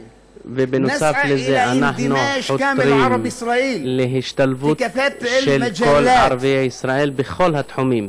נוסף על זה אנחנו חותרים להשתלבות של כל ערביי ישראל בכל התחומים